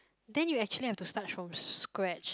then you actually have to start from scratch